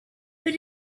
but